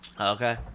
Okay